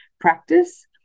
practice